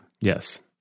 Yes